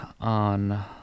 on